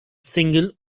single